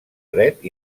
dret